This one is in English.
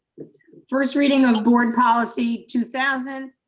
first reading of the board policy two thousand.